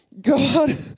God